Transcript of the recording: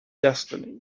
destiny